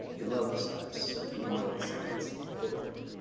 we love the sonnets. we know the sonnets. we quote them.